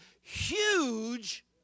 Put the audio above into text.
huge